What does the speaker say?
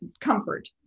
comfort